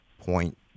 point